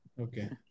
Okay